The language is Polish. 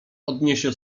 odniesie